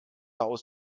aus